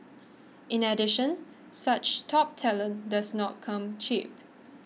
in addition such top talent does not come cheap